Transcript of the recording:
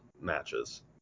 matches